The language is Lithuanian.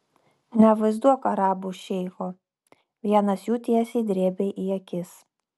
nevaizduok arabų šeicho vienas jų tiesiai drėbė į akis